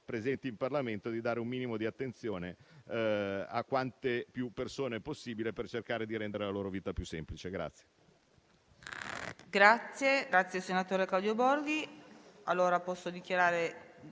presenti in Parlamento, di dare un minimo di attenzione a quante più persone possibile per cercare di rendere la loro vita più semplice.